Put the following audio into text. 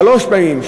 שלוש פעמים,